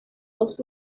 dos